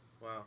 Wow